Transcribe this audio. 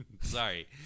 sorry